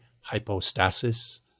hypostasis